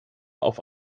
auf